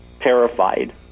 terrified